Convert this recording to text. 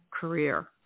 career